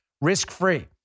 risk-free